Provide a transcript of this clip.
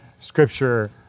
scripture